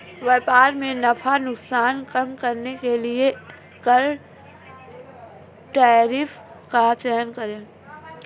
व्यापार में नफा नुकसान कम करने के लिए कर टैरिफ का चयन करे